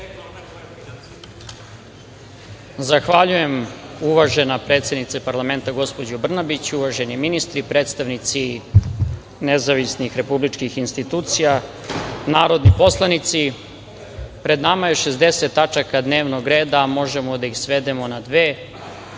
Zahvaljujem uvažena predsednice parlamenta, gospođo Brnabić. Uvaženi ministri, predstavnici nezavisnih republičkih institucija, narodni poslanici, pred nama je 60 tačaka dnevnog reda, a možemo da ih svedemo na dve